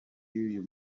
y’uyu